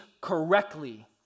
correctly